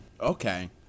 Okay